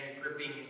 gripping